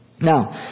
Now